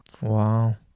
Wow